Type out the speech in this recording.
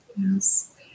Yes